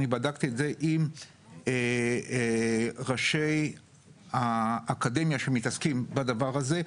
אני בדקתי את זה גם עם ראשי האקדמיה שעוסקים בדבר הזה,